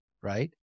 Right